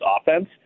offense